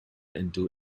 into